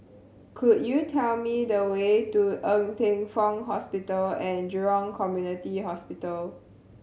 could you tell me the way to Ng Teng Fong Hospital And Jurong Community Hospital